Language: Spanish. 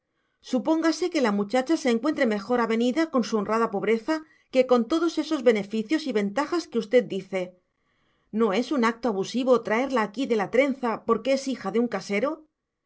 supóngase que la muchacha se encuentre mejor avenida con su honrada pobreza que con todos esos beneficios y ventajas que usted dice no es un acto abusivo traerla aquí de la trenza porque es hija de un casero